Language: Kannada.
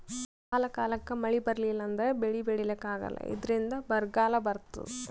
ಕಾಲ್ ಕಾಲಕ್ಕ್ ಮಳಿ ಬರ್ಲಿಲ್ಲ ಅಂದ್ರ ಬೆಳಿ ಬೆಳಿಲಿಕ್ಕ್ ಆಗಲ್ಲ ಇದ್ರಿಂದ್ ಬರ್ಗಾಲ್ ಬರ್ತದ್